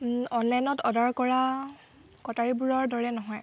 অনলাইনত অৰ্ডাৰ কৰা কটাৰীবোৰৰ দৰে নহয়